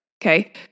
Okay